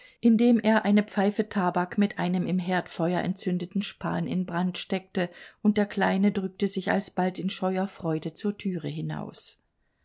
indem er eine pfeife tabak mit einem im herdfeuer entzündeten span in brand steckte und der kleine drückte sich alsbald in scheuer freude zur türe hinaus